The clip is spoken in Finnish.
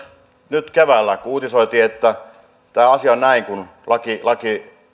nyt keväällä se kun uutisoitiin että tämä asia on näin kuin laki